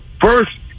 First